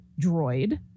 droid